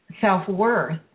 self-worth